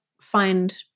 find